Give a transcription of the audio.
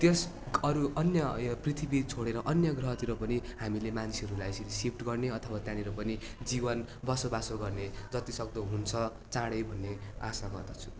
त्यस अरू अन्य पृथ्वी छोडेर अन्य ग्रहतिर पनि हामीले मान्छेहरूलाई यसरी सिफ्ट गर्ने अथवा त्यहाँनिर पनि जीवन बसोबासो गर्ने जतिसक्दो हुन्छ चाँडै भन्ने आशा गर्दछु